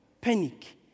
panic